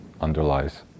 underlies